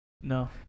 No